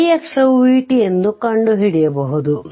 ಅದರಿಂದ y ಅಕ್ಷವು v t ಎಂದು ಕಂಡುಹಿಡಿಯಬಹುದು